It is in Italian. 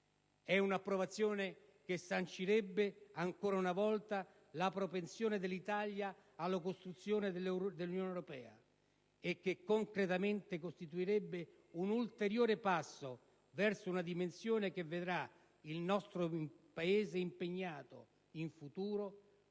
È un'approvazione che sancirebbe ancora una volta la propensione dell'Italia alla costruzione dell'Unione europea e che concretamente costituirebbe un ulteriore passo verso una dimensione che vedrà il nostro Paese impegnato in futuro